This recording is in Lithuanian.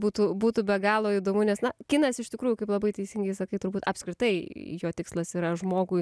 būtų būtų be galo įdomu nes na kinas iš tikrųjų kaip labai teisingai sakai turbūt apskritai jo tikslas yra žmogui